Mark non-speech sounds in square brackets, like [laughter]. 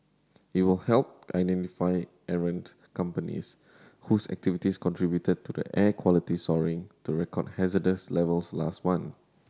it will help identify errant companies whose activities contributed to the air quality soaring to record hazardous levels last [unintelligible]